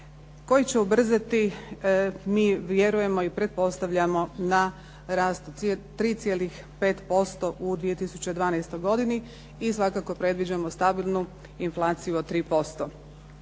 koji će ubrzati, mi vjerujemo i pretpostavljamo, na rast 3,5% u 2012. godini i svakako predviđamo stabilnu inflaciju od 3%.